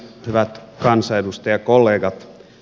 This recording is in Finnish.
hyvät kansanedustajakollegat